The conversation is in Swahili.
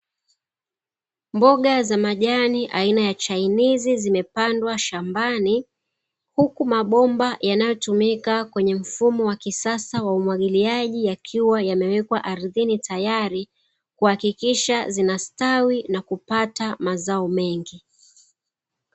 Mboga za majani aina ya chainizi zimepandwa shambani, huku mabomba yanayotumika kwenye mfumo wa kisasa wa umwagiliaji yakiwa yamewekwa ardhini tayari, kuhakikisha zinastawi na kupata mazao mengi.